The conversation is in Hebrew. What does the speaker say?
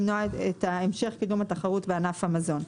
למנוע את המשך קידום התחרות בענף המזון,